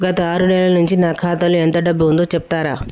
గత ఆరు నెలల నుంచి నా ఖాతా లో ఎంత డబ్బు ఉందో చెప్తరా?